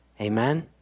Amen